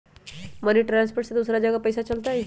Money transfer से दूसरा जगह पईसा चलतई?